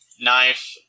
knife